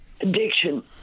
Addiction